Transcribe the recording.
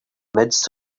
midst